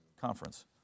conference